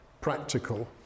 practical